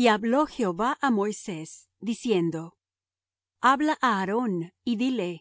y hablo jehová á moisés diciendo habla á aarón y dile